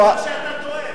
הוא אמר שאתה טועה.